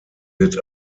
wird